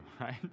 right